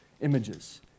images